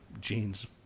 Gene's